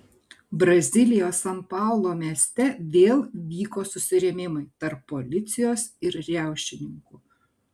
brazilijos san paulo mieste vėl vyko susirėmimai tarp policijos ir riaušininkų